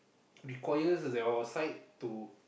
require your side to